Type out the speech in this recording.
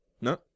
no